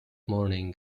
morning